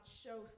show